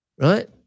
right